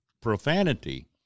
profanity